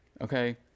Okay